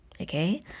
Okay